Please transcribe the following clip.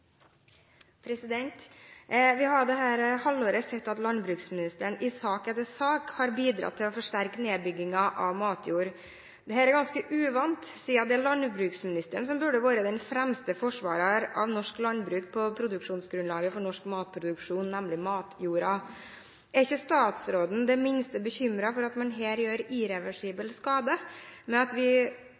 Det blir replikkordskifte. Vi har dette halvåret sett at landbruksministeren i sak etter sak har bidratt til å forsterke nedbyggingen av matjord. Dette er ganske uvant, siden det er landbruksministeren som burde vært den fremste forsvareren av norsk landbruk når det gjelder produksjonsgrunnlaget for norsk matproduksjon, nemlig matjorda. Er ikke statsråden det minste bekymret for at man her gjør irreversibel skade